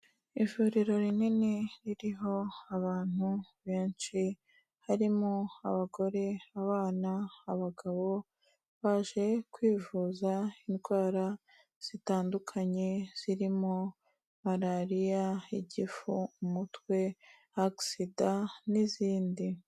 Ivuriro rinini ririho abantu benshi, harimo abagore, abana, abagabo, baje kwivuza indwara zitandukanye zirimo malariya, igifu, umutwe, agisida n'izindi.